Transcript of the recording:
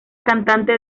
cantante